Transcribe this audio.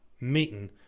meeting